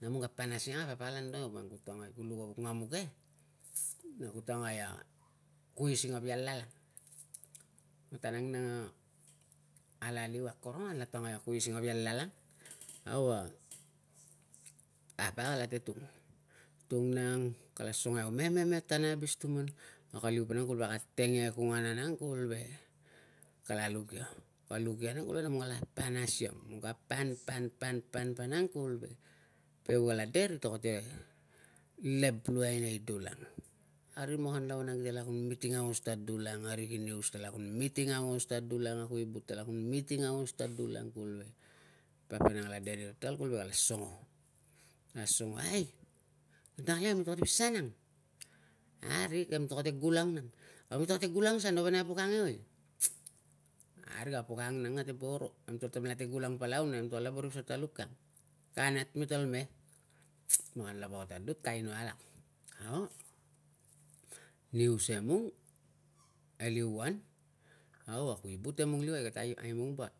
Nemong ka pan asiang a papa kala antok iau ta, iwang, ku luk na vuk ngamu ke na ku tangai a kuis i ngavia lal ang. Na tan ang ala liu akorong, ala tangai na kuis i ngavia lal ang, au a papa kalate tung, tung nang kala songo iau, me, me, me tana abis tuman! Aka liu vanang kuvul ve ka teng ia e kungana nang kuvul ve kala luk ia. Ka luk ia nang, kuvul ve nemlong kala pan asiang. Nemlong ka pan, pan, pan, pan vanang kuvul ve peu kala de, kitol kala leg luai nei dul ang. Ari makanlava kite la kun miting aungos ta dul ang, ari kinius kitala kun miting aungos ta dul ang a kuibut katala kun miting aungos ta dul ang kuvul ve papa nang kala de ni ritol kuvul ve kala songo. Kala songo, ai taleng! Nami kate vil sa nang? Parik memtol kate gulang nang. Au mitol kate gulang sa na ngoe vanang a po kang eoi? a parik, a po kang ang nang kate boro. Namemtol tamela gulang palau nang, nemtol ta boro i pasal ta luk kang. Kanat mitol me! makanlava ka tadut ka aino alak, au kinius emung e liuan, au e kuibut emung luai, kate aimung bat.